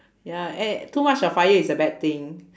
ya eh too much of fire is a bad thing